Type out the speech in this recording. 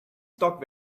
stock